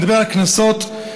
ואני מדבר בעיקר על קנסות תעבורה,